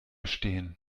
stehen